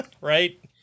right